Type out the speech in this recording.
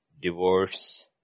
divorce